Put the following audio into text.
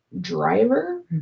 Driver